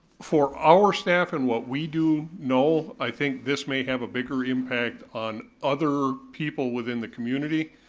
for our staff and what we do, no. i think this may have a bigger impact on other people within the community.